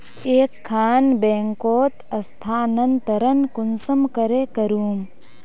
एक खान बैंकोत स्थानंतरण कुंसम करे करूम?